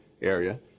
area